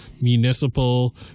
municipal